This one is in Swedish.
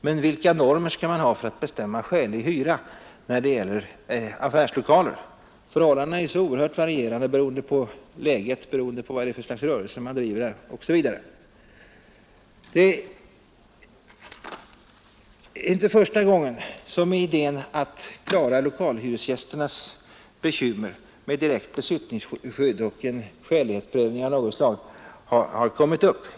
Men vilka normer skall man ha för att bestämma skälig hyra när det gäller affärslokaler? Förhållandena är så oerhört varierande, beroende på läget, beroende på vad det är för slags rörelse vederbörande driver osv. Det är inte första gången som idén att klara lokalhyresgästernas bekymmer med direkt besittningsskydd och en skälighetsprövning av något slag har kommit upp.